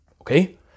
okay